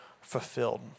fulfilled